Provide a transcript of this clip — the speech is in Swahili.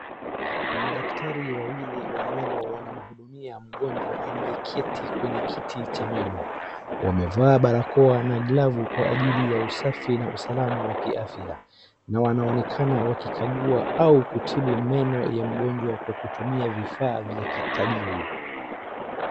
Madakatari wawili wa meno wanamhudumia mgonjwa aliyeketi kwenye kiti cha meno. Wamevaa barakoa na glavu kwa ajili ya usafi na uslaama wa kiafya na wanaonekana wakikagua au kutibu meno ya mgonjwa kwa kutumia vifaa vya kitabibu.